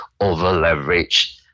over-leveraged